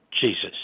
Jesus